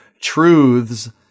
truths